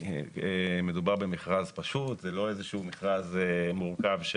מדובר במכרז פשוט, זה לא איזה שהוא מכרז מורכז.